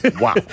Wow